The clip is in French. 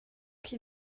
qui